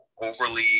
overly